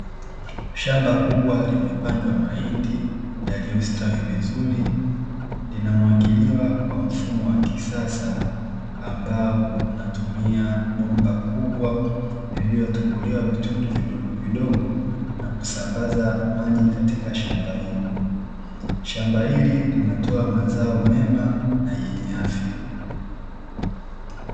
Shamba kubwa limepandwa mahindi yaliyostawi vizuri, linamwagiliwa kwa mfumo wa kisasa ambao unatumia bomba kubwa lililotobolewa vitundu vidogovidogo na kusambaza maji katika shamba hilo. Shamba hili linatoa mazao mema na yenye afya.